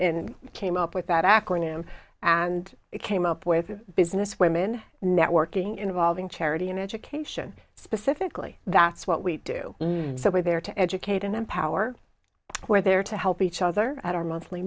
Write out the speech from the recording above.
came up with that acronym and it came up with a business women networking involving charity and education specifically that's what we do so we're there to educate and empower where they are to help each other at our monthly